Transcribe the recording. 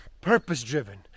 purpose-driven